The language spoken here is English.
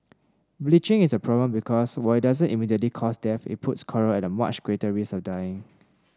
bleaching is a problem because while it doesn't immediately cause death it puts coral at much greater risk of dying